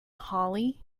hollie